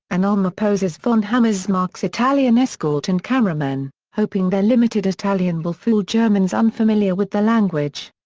and ulmer pose as von hammersmark's italian escort and cameramen, hoping their limited italian will fool germans unfamiliar with the language.